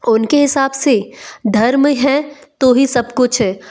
उनके हिसाब से धर्म है तो ही सब कुछ है